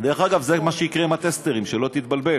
דרך אגב, זה מה שיקרה עם הטסטרים, שלא תתבלבל.